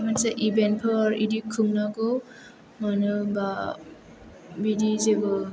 मोनसे इबेन्टफोर बिदि खुंनोखौ मानो होम्बा बिदि जेबो